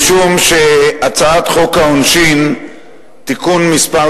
משום שהצעת חוק העונשין (תיקון מס'